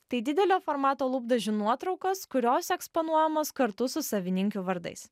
tai didelio formato lūpdažių nuotraukos kurios eksponuojamos kartu su savininkių vardais